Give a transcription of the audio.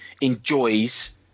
enjoys